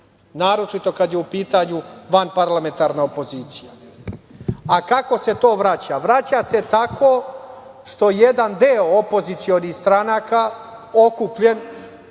naročito kada je u pitanju vanparlamentarna opozicija. Kako se to vraća? Vraća se tako što jedan deo opozicionih stranaka okupljen